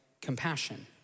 Compassion